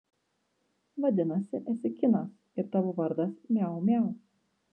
vadinasi esi kinas ir tavo vardas miau miau